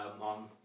on